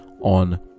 on